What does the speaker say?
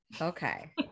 Okay